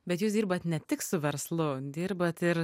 bet jūs dirbat ne tik su verslu dirbat ir